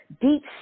deep